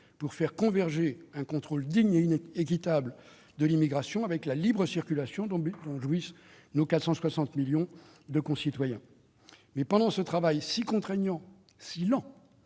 pour faire converger un contrôle digne et équitable de l'immigration avec la libre circulation dont jouissent nos 460 millions de concitoyens. C'est un travail contraignant, lent